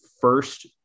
first